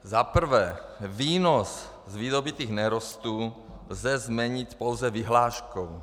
Za prvé výnos z vydobytých nerostů lze změnit pouze vyhláškou.